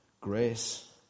Grace